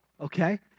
Okay